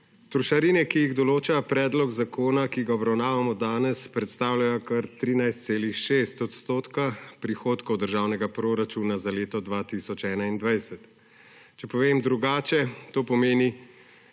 Trošarine, ki jih določa predlog zakona, ki ga obravnavamo danes predstavljajo, kar 13,6 odstotka prihodkov državnega proračuna za leto 2021. Če povem drugače to pomeni